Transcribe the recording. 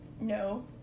no